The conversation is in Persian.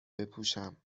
بپوشم